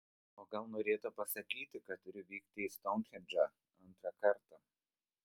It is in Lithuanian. o gal norėta pasakyti kad turiu vykti į stounhendžą antrą kartą